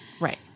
right